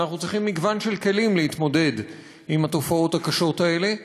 ואנחנו צריכים מגוון של כלים להתמודד עם התופעות הקשות האלה.